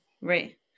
Right